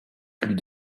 plus